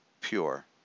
pure